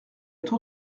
être